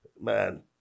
man